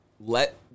let